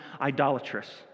idolatrous